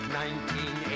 1980